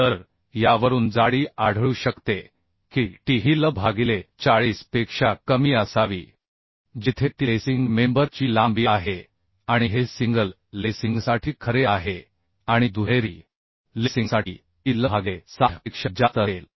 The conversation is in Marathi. तर यावरून जाडी आढळू शकते की t ही l भागिले 40 पेक्षा कमी असावी जिथे ती लेसिंग मेंबर ची लांबी आहे आणि हे सिंगल लेसिंगसाठी खरे आहे आणि दुहेरी लेसिंगसाठी ती l भागिले 60 पेक्षा जास्त असेल